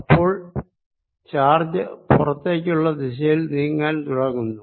അപ്പോൾ ചാർജ് പുറത്തേക്കുള്ള ദിശയിൽ നീങ്ങാൻ തുടങ്ങുന്നു